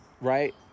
right